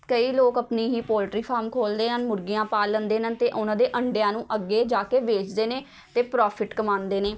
ਕਈ ਲੋਕ ਆਪਣੇ ਹੀ ਪੋਲਟਰੀ ਫਾਰਮ ਖੋਲ੍ਹਦੇ ਹਨ ਮੁਰਗੀਆਂ ਪਾਲ ਲੈਂਦੇ ਹਨ ਅਤੇ ਉਹਨਾਂ ਦੇ ਅੰਡਿਆਂ ਨੂੰ ਅੱਗੇ ਜਾ ਕੇ ਵੇਚਦੇ ਨੇ ਅਤੇ ਪ੍ਰੋਫਿਟ ਕਮਾਉਂਦੇ ਨੇ